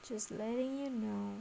just letting you know